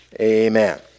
Amen